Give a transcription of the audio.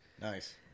Nice